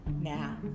now